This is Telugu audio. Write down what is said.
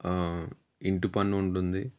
ఇంటి పన్ను ఉంటుంది